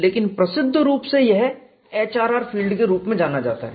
लेकिन प्रसिद्ध रूप से यह HRR फील्ड के रूप में जाना जाता है